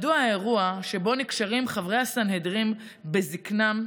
מדוע האירוע שבו נקשרים חברי הסנהדרין בזקניהם